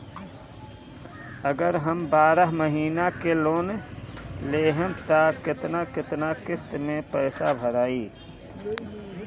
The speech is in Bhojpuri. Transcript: अगर हम बारह महिना के लोन लेहेम त केतना केतना किस्त मे पैसा भराई?